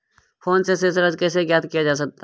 Phone से शेष राशि कैसे ज्ञात किया जाता है?